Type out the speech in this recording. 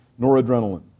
noradrenaline